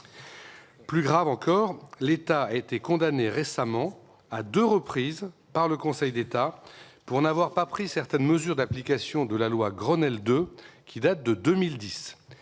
Plus grave encore, l'État a récemment été condamné, à deux reprises, par le Conseil d'État pour n'avoir pas pris certaines mesures d'application de la loi Grenelle 2, qui date de 2010.